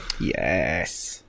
yes